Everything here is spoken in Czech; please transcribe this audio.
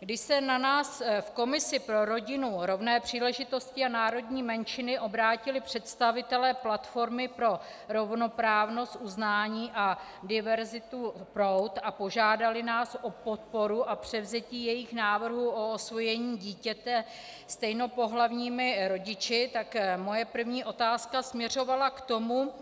Když se na nás v komisi pro rodinu, rovné příležitosti a národní menšiny obrátili představitelé Platformy pro rovnoprávnost, uznání a diverzitu PROUD a požádali nás o podporu a převzetí jejich návrhu o osvojení dítěte stejnopohlavními rodiči, moje první otázka směřovala k tomu,